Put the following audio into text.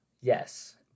Yes